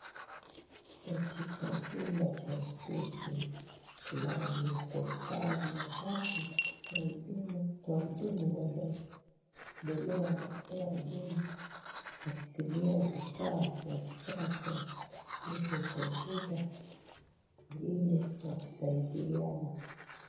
Katika chumba cha ofisi, gadi ya serekali wako hapo, wahudumu wanaendele na kutoa uduma wakitumia vifaa vya kisasa tuite computer , wengine wakisaidiana.